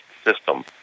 system